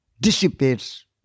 dissipates